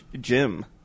Jim